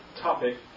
topic